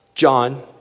John